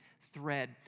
thread